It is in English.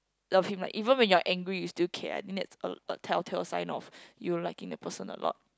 loved him like even when you are angry you still care I think that's a telltale sign of you liking the person a lot